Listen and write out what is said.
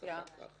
דיון רחב